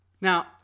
Now